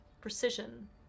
precision